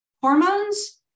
Hormones